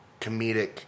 comedic –